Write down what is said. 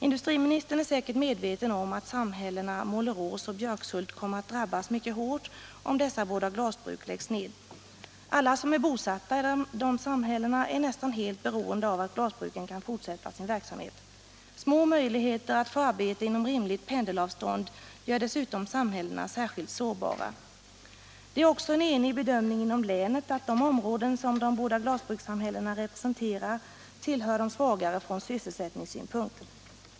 Industriministern är säkert medveten om att samhällena Målerås och Björkshult kommer att drabbas mycket hårt, om dessa båda glasbruk läggs ned. Alla som är bosatta i de samhällena är nästan helt beroende av att glasbruken kan fortsätta sin verksamhet. Små möjligheter att få arbete inom rimligt pendelavstånd gör dessutom samhällena särskilt sårbara. Det är också en enig bedömning inom länet att de områden som de båda glasbrukssamhällena representerar tillhör de svagare från sysselsättningssynpunkt.